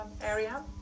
area